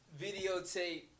videotape